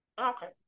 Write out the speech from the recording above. okay